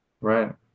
Right